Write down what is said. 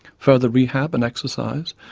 further rehab and exercise,